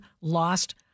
lost